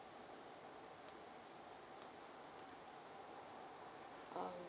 um